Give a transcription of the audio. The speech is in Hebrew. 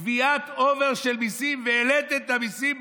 גביית over של מיסים והעליתם את המיסים,